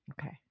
Okay